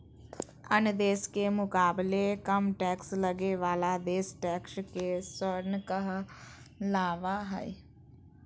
अन्य देश के मुकाबले कम टैक्स लगे बाला देश टैक्स के स्वर्ग कहलावा हई